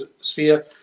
sphere